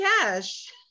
Cash